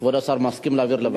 כבוד השר מסכים להעביר לוועדה?